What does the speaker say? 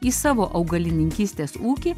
į savo augalininkystės ūkį